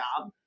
job